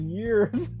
years